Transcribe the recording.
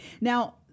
Now